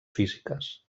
físiques